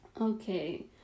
Okay